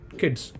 kids